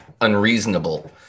unreasonable